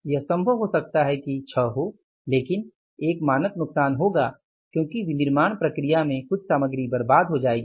यह संभव हो सकता है कि 6 हो लेकिन एक मानक नुकसान होगा क्योंकि विनिर्माण प्रक्रिया में कुछ सामग्री बर्बाद हो जाएगी